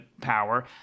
power